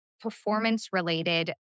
Performance-related